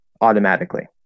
automatically